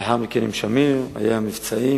לאחר מכן, עם שמיר, היו מבצעים,